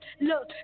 Look